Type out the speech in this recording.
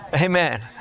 Amen